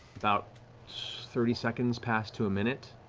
about thirty seconds pass to a minute,